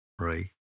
right